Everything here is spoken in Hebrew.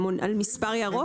על מספר ירוק?